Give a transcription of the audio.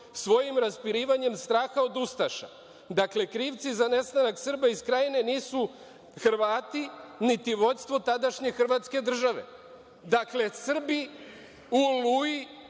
svojim raspirivanjem straha od ustaša. Dakle, krivci za nestanak Srba iz Krajine nisu Hrvati, niti vođstvo tadašnje Hrvatske države. Dakle, Srbi u